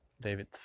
David